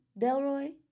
Delroy